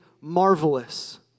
marvelous